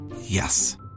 Yes